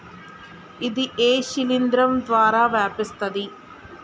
ఇది ఏ శిలింద్రం ద్వారా వ్యాపిస్తది?